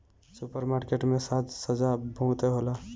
super market में साज सज्जा बहुते होला